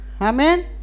amen